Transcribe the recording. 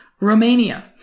Romania